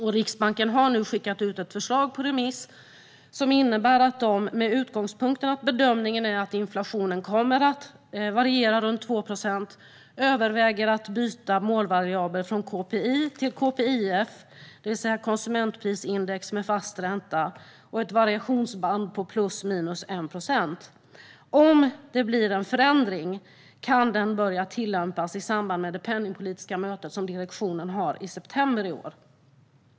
Riksbanken har nu skickat ut ett förslag på remiss som innebär att de, med utgångspunkten att bedömningen är att inflationen kommer att variera runt 2 procent, överväger att byta målvariabel från KPI till KPIF, det vill säga konsumentprisindex med fast ränta, och ett variationsband på ±1 procent. Om det blir en förändring kan den börja tillämpas i samband med det penningpolitiska möte som direktionen har i september i år.